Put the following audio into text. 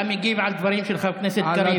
אתה מגיב על דברים של חבר הכנסת קריב.